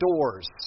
doors